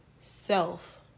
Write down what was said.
self